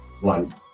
One